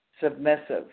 submissive